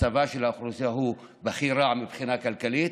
מצבה של האוכלוסייה הוא בכי רע מבחינה כלכלית,